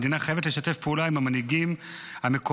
המדינה חייבת לשתף פעולה עם המנהיגים המקומיים,